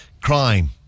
crime